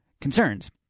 concerns